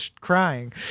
crying